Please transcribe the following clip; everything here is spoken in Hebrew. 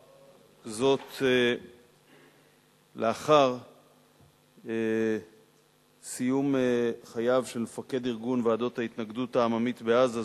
וזאת לאחר סיום חייו של מפקד ארגון "ועדות ההתנגדות העממית" בעזה,